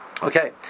okay